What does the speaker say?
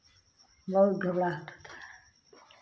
बहुत घबड़ाहट होता है